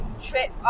trip